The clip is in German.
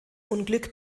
unglück